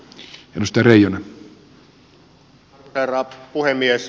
arvoisa herra puhemies